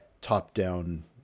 top-down